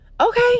okay